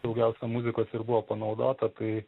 daugiausia muzikos ir buvo panaudota tai